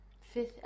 Fifth